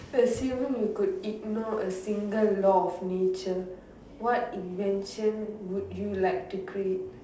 assuming you could ignore a single law of nature what invention would you like to create